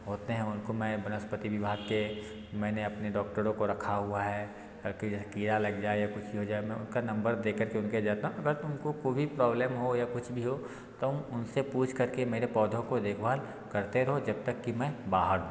होते हैं उनको मैं वनस्पति विभाग के मैंने अपने डॉक्टरों को रखा हुआ है हर की जो है कीड़ा लग जाए या कुछ भी हो जाए मैं उनका नंबर दे कर के उनके जाता हूँ अगर तुम को कोई भी प्रॉब्लेम हो या कुछ भी हो तुम उन से पूछ कर के मेरे पौधों की देखभाल करते रहो जब तक कि मैं बाहर हूँ